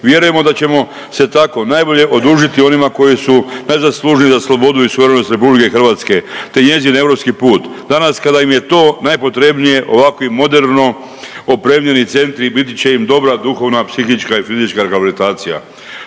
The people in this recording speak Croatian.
Vjerujemo da ćemo se tako najbolje odužiti onima koji najzaslužniji za slobodu i suverenost RH te njezin europski put. Danas, kada im je to najpotrebnije ovakvi moderno opremljeni centri biti će im dobra duhovna, psihička i fizička rehabilitacija.